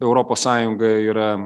europos sąjungoje yra